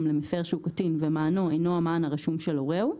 למפר שהוא קטין ומענו אינו המען הרשום של הורהו,